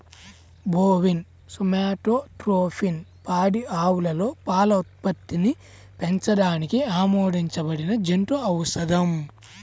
bovine somatotropin పాడి ఆవులలో పాల ఉత్పత్తిని పెంచడానికి ఆమోదించబడిన జంతు ఔషధం